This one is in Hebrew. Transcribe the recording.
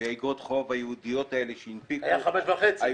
ואגרות החוב הייעודיות האלה היו ראויות,